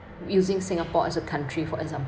using singapore as a country for exam~